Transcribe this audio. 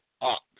up